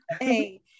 Hey